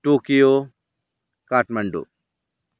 Tokyo Kathmandu